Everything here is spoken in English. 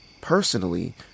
Personally